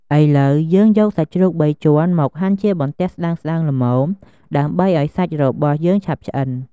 ឥឡូវយើង យកសាច់ជ្រូកបីជាន់មកហាន់ជាបន្ទះស្ដើងៗល្មម ដើម្បីឱ្យសាច់របស់យើងឆាប់ឆ្អិន។